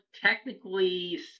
technically